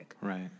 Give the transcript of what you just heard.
Right